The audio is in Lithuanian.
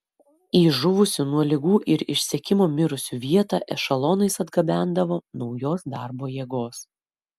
į žuvusių nuo ligų ir išsekimo mirusių vietą ešelonais atgabendavo naujos darbo jėgos